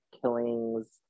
killings